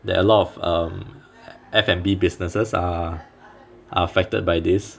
there are a lot of um F&B businesses are are affected by this